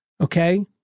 Okay